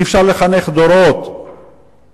אי-אפשר לחנך דורות על